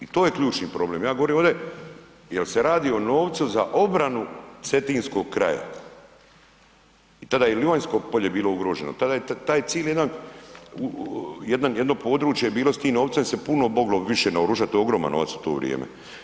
I to je ključni problem, ja govorim ovdje, jer se radi o novcu za obranu cetinskog kraja, tada je Livanjsko polje bilo ugroženo, tada je taj cijeli jedan, jedno područje bilo s tim novcem se puno moglo više naoružati, ogroman novac u to vrijeme.